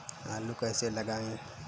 आलू कैसे लगाएँ?